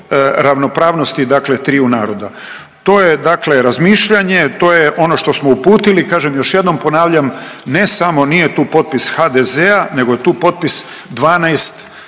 ravnopravnosti dakle triju naroda. To je dakle razmišljanje, to je ono što smo uputili. Kažem, još jednom ponavljam ne samo nije tu potpis HDZ-a, nego je tu potpis 12